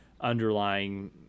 underlying